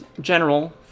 general